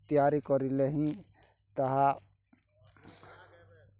ତିଆରି କରିଲେ ହିଁ ତାହା